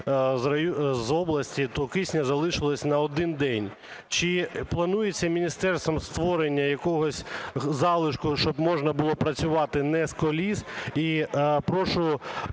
з області, то кисню залишилось на 1 день. Чи планується міністерством створення якогось залишку, щоб можна було працювати не з коліс? І прошу